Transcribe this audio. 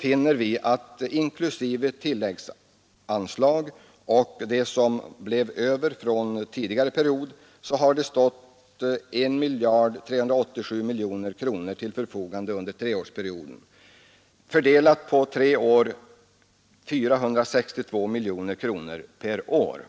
finner vi att det, inklusive tilläggsanslag och ”det som blev över” från tidigare period, var 1387 000 000 kronor. Fördelat på tre år blir det 462 miljoner per år.